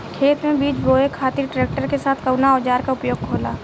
खेत में बीज बोए खातिर ट्रैक्टर के साथ कउना औजार क उपयोग होला?